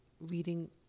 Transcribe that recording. reading